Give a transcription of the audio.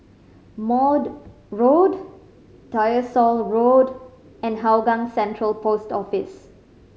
Maude Road Tyersall Road and Hougang Central Post Office